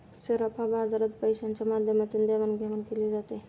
सराफा बाजारात पैशाच्या माध्यमातून देवाणघेवाण केली जाते